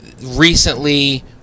recently